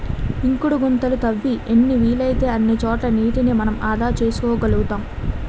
ఇంకుడు గుంతలు తవ్వి ఎన్ని వీలైతే అన్ని చోట్ల నీటిని మనం ఆదా చేసుకోగలుతాం